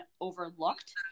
overlooked